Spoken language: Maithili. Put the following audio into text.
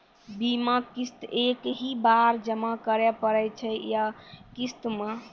बीमा किस्त एक ही बार जमा करें पड़ै छै या किस्त मे?